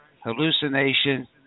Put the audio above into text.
hallucination